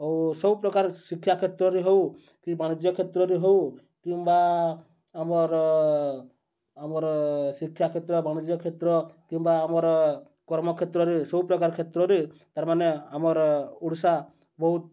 ଆଉ ସବୁ ପ୍ରକାର ଶିକ୍ଷା କ୍ଷେତ୍ରରେ ହେଉ କି ବାଣିଜ୍ୟ କ୍ଷେତ୍ରରେ ହେଉ କିମ୍ବା ଆମର୍ ଆମର୍ ଶିକ୍ଷା କ୍ଷେତ୍ର ବାଣିଜ୍ୟ କ୍ଷେତ୍ର କିମ୍ବା ଆମର୍ କର୍ମ କ୍ଷେତ୍ରରେ ସବୁ ପ୍ରକାର କ୍ଷେତ୍ରରେ ତା'ର୍ମାନେ ଆମର୍ ଓଡ଼ିଶା ବହୁତ୍